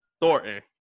Thornton